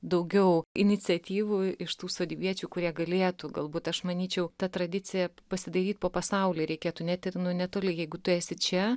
daugiau iniciatyvų iš tų sodybviečių kurie galėtų galbūt aš manyčiau ta tradicija pasidairyt po pasaulį reikėtų net ir netoli jeigu tu esi čia